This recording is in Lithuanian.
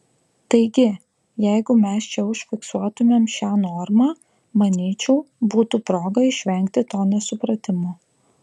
taigi jeigu mes čia užfiksuotumėm šią normą manyčiau būtų proga išvengti to nesupratimo